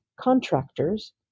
contractors